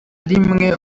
rimwe